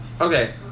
Okay